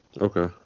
Okay